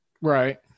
Right